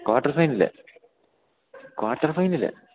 quarter final quarter final